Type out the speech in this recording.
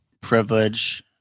privilege